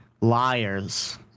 Liars